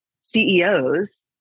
CEOs